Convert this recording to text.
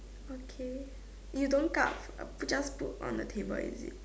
okay you don't cut just put on the table is it